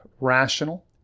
Rational